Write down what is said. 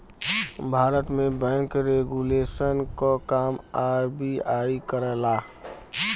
भारत में bank regulation क काम आर.बी.आई करला